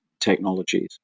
technologies